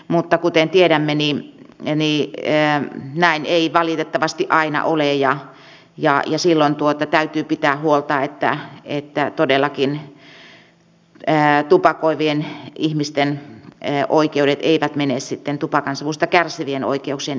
mutta kuten tiedämme näin ei valitettavasti aina ole ja silloin täytyy pitää huolta että todellakin tupakoivien ihmisten oikeudet eivät mene tupakansavusta kärsivien oikeuksien edelle